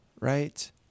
right